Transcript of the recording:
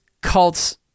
cults